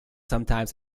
sometimes